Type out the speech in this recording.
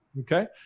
Okay